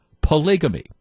polygamy